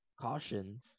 caution